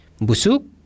Busuk